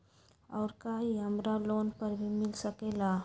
और का इ हमरा लोन पर भी मिल सकेला?